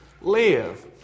live